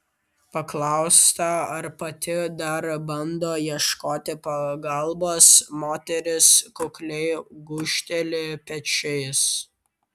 paklausta ar pati dar bando ieškoti pagalbos moteris kukliai gūžteli pečiais